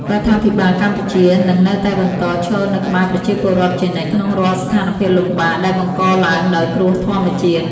រដ្ឋាភិបាលកម្ពុជានឹងនៅតែបន្តឈរនៅក្បែរប្រជាពលរដ្ឋជានិច្ចក្នុងរាល់ស្ថានភាពលំបាកដែលបង្កឡើងដោយគ្រោះធម្មជាតិ។